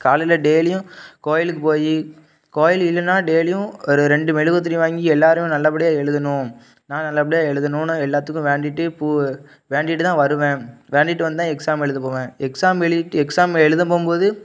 காலையில் டெய்லியும் கோவிலுக்கு போய் கோவில் இல்லைன்னா டெய்லியும் ஒரு ரெண்டு மெழுகுவர்தி வாங்கி எல்லோரும் நல்ல படியாக எழுதணும் நான் நல்லபடியாக எழுதணுன்னு எல்லாத்துக்கும் வேண்டிகிட்டு பூ வேண்டிகிட்டு தான் வருவேன் வேண்டிகிட்டு வந்து தான் எக்ஸாம் எழுதப்போவேன் எக்ஸாம் எழுதிட்டு எக்ஸாம் எழுத போகும் போது